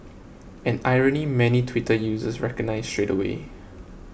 an irony many Twitter users recognised straight away